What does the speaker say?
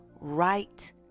right